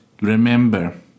remember